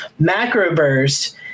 Macroburst